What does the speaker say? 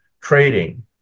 trading